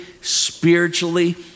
spiritually